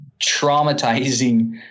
traumatizing